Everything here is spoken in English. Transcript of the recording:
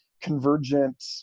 convergent